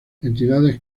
entidades